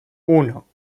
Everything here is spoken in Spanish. uno